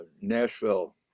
Nashville